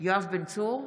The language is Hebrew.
יואב בן צור,